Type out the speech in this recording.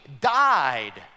died